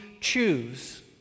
choose